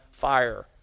fire